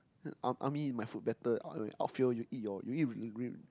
then army in my food battle outfield you eat your you eat